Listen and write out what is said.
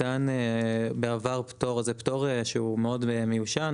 ניתן בעבר פטור; זה פטור שהוא מאוד מיושן,